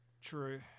true